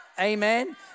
Amen